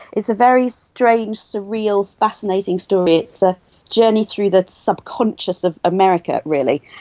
it's a very strange, surreal, fascinating story. it's a journey through the subconscious of america really.